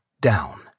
down